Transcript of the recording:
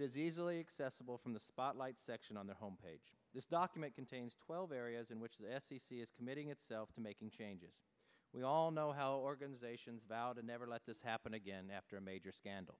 is easily accessible from the spotlight section on the home page this document contains twelve areas in which the f c c is committing itself to making changes we all know how organizations bow to never let this happen again after a major scandal